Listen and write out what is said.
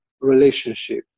relationship